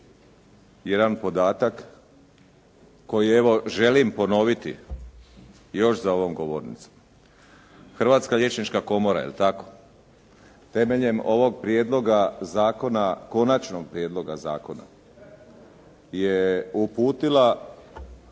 jedan podatak koji evo želim ponoviti još za ovom govornicom. Hrvatska liječnička komora jel' tako, temeljem ovog prijedloga zakona, konačnog prijedloga zakona je uputila